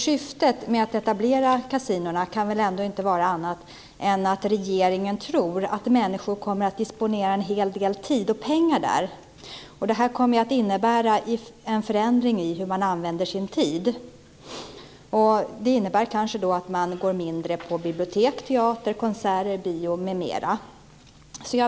Syftet med att etablera kasinona kan väl ändå inte vara annat än att regeringen tror att människor kommer att disponera en hel del tid och pengar där. Det kommer att innebära en förändring i hur man använder sin tid. Det kan innebära att man går mindre på bibliotek, teater, konserter, bio m.m.